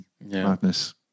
Madness